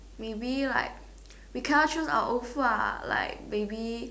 maybe like we cannot choose our own food ah like maybe